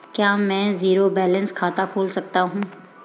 क्या मैं zero balance खाता खोल सकता हूँ?